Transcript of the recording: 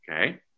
Okay